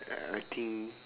I think